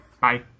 Bye